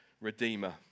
redeemer